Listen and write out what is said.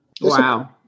Wow